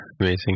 amazing